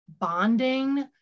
bonding